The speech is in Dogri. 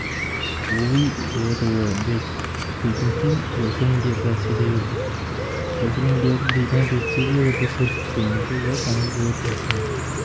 ओह् बी बोह्त ओह् ऐ बे क्योंकि सोशल मीडिया पर पैसे देई ओड़दे न सोशल मीडिया पर बिना बेचे बी अगर तुस सिर्फ फेमस होई जाओ तां बी बोह्त पैसे मिलदे